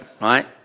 right